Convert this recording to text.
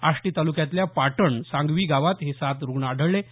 आष्टी तालुक्यातल्या पाटण सांगवी गावात हे सात रूग्ण आढळले आहेत